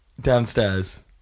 Downstairs